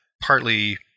partly